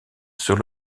sur